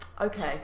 Okay